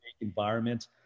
environment